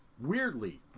weirdly